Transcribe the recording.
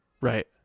Right